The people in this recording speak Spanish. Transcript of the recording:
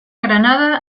granada